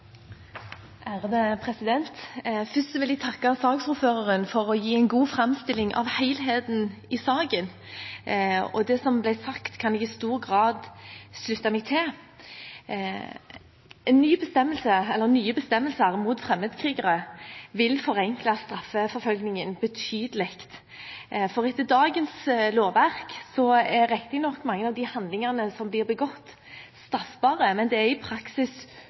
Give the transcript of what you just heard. Først vil jeg takke saksordføreren for en god framstilling av helheten i saken. Det som ble sagt, kan jeg i stor grad slutte meg til. Nye bestemmelser mot fremmedkrigere vil forenkle straffeforfølgingen betydelig. Etter dagens lovverk er riktignok mange av de handlingene som blir begått, straffbare, men det er i praksis